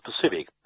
Pacific